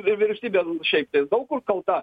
vyriausybė šiaip tai daug kur kalta